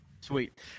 Sweet